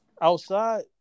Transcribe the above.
outside